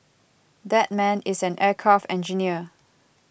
that man is an aircraft engineer